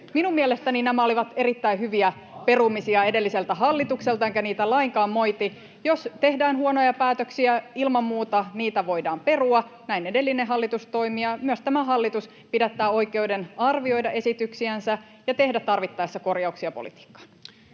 Minun mielestäni nämä olivat erittäin hyviä perumisia edelliseltä hallitukselta, enkä niitä lainkaan moiti. Jos tehdään huonoja päätöksiä, ilman muuta niitä voidaan perua. Näin edellinen hallitus toimi, ja myös tämä hallitus pidättää oikeuden arvioida esityksiänsä ja tehdä tarvittaessa korjauksia politiikkaan.